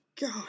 God